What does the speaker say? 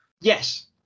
yes